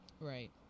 right